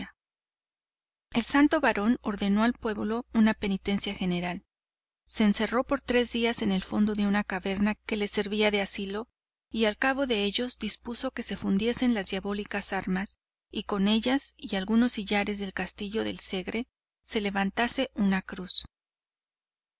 el santo barón ordenó al pueblo una penitencia general se encerró por tres días en el fondo de la caverna que le servía de asilo y al cabo de ellos dispuso que se fundieses las diabólicas armas y con ellas y algunas sillares del castillo del segre se levantase una cruz